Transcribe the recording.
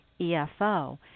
EFO